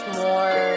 more